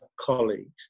Colleagues